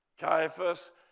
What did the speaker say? Caiaphas